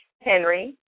Henry